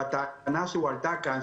נכונה הטענה שהועלתה כאן,